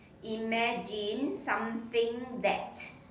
imagine something that